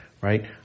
right